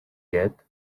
yet